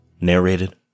narrated